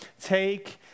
take